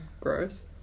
gross